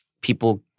people